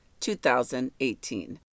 2018